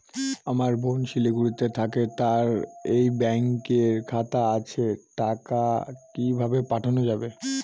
আমার বোন শিলিগুড়িতে থাকে তার এই ব্যঙকের খাতা আছে টাকা কি ভাবে পাঠানো যাবে?